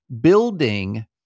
building